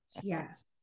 Yes